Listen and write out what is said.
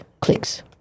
clicks